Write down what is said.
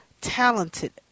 talented